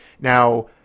Now